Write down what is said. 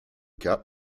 cas